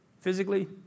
physically